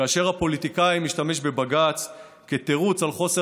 כאשר הפוליטיקאי משתמש בבג"ץ כתירוץ לחוסר